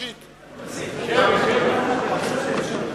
מוותר.